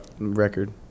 record